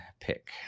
pick